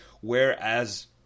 whereas